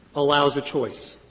allows a choice.